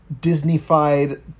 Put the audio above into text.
Disney-fied